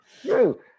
true